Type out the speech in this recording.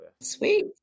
Sweet